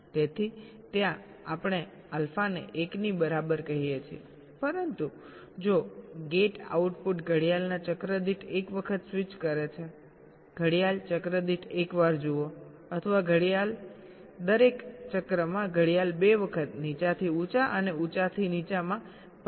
તેથી ત્યાં આપણે આલ્ફાને 1 ની બરાબર કહીએ છીએ પરંતુ જો ગેટ આઉટપુટ ઘડિયાળના ચક્ર દીઠ એક વખત સ્વિચ કરે છેઘડિયાળ ચક્ર દીઠ એકવાર જુઓ અથવા દરેક ઘડિયાળ ચક્રમાં ઘડિયાળ બે વખત નીચાથી ઉંચા અને ઉંચાથી નીચામાં પરિવર્તિત થાય છે